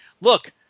Look